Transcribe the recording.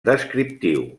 descriptiu